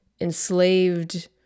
enslaved